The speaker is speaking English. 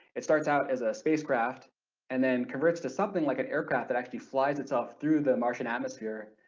it starts out as a spacecraft and then converts to something like an aircraft that actually flies itself through the martian atmosphere,